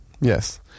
yes